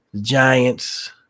giants